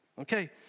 Okay